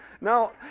now